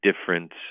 different